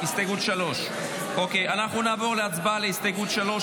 הסתייגות 3. אנחנו נעבור להצבעה על הסתייגות 3,